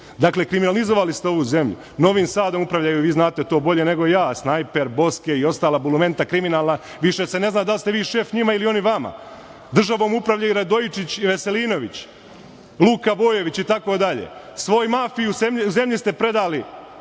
posao. Dakle, kriminalizovali ste ovu zemlju. Novim Sadom upravljaju, vi znate to bolje nego ja, Snajper, Boske i ostala bulumenta kriminalna. Više se ne zna da li ste vi šef njima ili oni vama. Državom upravljaju Radojičić i Veselinović, Luka Bojović itd. Svoj mafiji u zemlji ste predali